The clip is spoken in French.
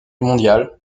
mondial